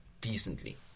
decently